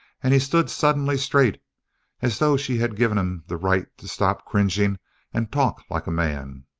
and he stood suddenly straight as though she had given him the right to stop cringing and talk like a man.